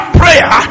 prayer